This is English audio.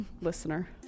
listener